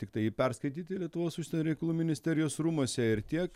tiktai jį perskaityti lietuvos užsienio reikalų ministerijos rūmuose ir tiek